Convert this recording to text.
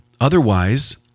Otherwise